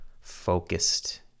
focused